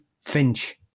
Finch